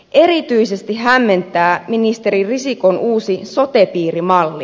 erityisesti hämmentää ministeri risikon uusi sote piiri malli